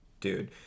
Dude